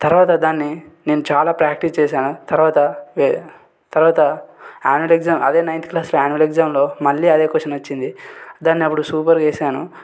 తర్వాత దాన్ని నేను చాలా ప్రాక్టీస్ చేశాను తర్వాత వే తర్వాత యాన్యువల్ ఎగ్జాం అదే నైన్త్ క్లాస్లో యాన్యువల్ ఎగ్జాంలో మళ్ళీ అదే క్వశ్చన్ వచ్చింది దాన్ని అప్పుడు సూపర్గా వేసాను